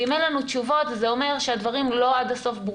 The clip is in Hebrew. ואם אין לנו תשובות זה אומר שהדברים לא ברורים עד הסוף,